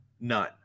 None